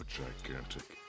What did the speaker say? gigantic